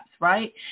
right